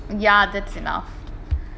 ya that's enough